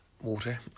water